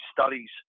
studies